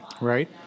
Right